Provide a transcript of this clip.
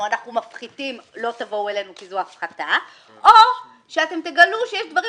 שאתם מפחיתים לא תבואו אלינו כי זו הפחתה או שאתם תגלו שיש דברים